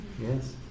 Yes